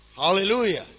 Hallelujah